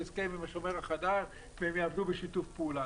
הסכם עם השומר החדש והם יעבדו בשיתוף פעולה.